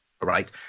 Right